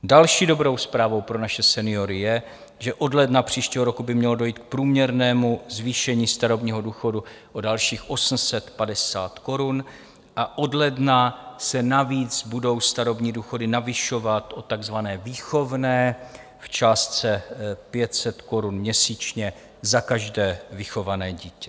Další dobrou zprávou pro naše seniory je, že od ledna příštího roku by mělo dojít k průměrnému zvýšení starobního důchodu o dalších 850 korun, a od ledna se budou navíc starobní důchody navyšovat o takzvané výchovné v částce 500 korun měsíčně za každé vychované dítě.